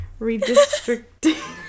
redistricting